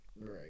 Right